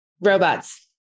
Robots